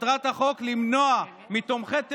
מטרת החוק למנוע מתומכי טרור,